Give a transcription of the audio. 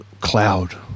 cloud